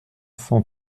cent